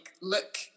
look